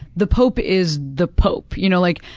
the pope is the pope, you know? like